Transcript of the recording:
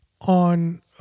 on